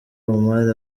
omar